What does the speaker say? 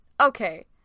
okay